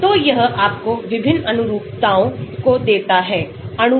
तो यह आपको विभिन्न अनुरूपताओं को देता है अणु के